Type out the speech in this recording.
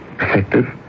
Effective